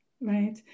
right